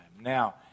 Now